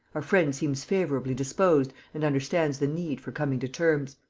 our friend seems favourably disposed and understands the need for coming to terms.